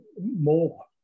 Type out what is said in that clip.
more